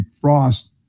frost